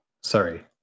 sorry